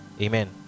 Amen